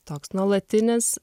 toks nuolatinis